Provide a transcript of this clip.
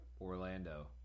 Orlando